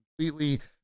completely